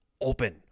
open